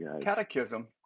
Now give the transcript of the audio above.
catechism